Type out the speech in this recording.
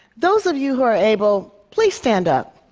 those of you who are able, please stand up.